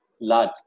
large